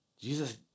Jesus